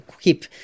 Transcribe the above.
keep